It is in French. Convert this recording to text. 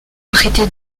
arrêtés